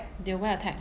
they will wear a tag